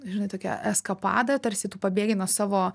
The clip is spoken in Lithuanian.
žinai tokia eskapada tarsi tu pabėgi nuo savo